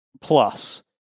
plus